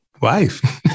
wife